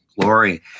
Glory